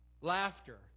Laughter